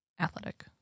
athletic